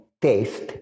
taste